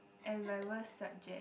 and my worst subject